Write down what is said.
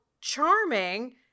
Charming